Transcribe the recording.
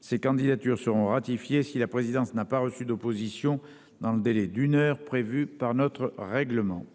ces candidatures seront ratifiées si la présidence n'a pas reçu d'opposition dans le délai d'une heure prévue par notre règlement.